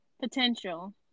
potential